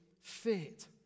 fit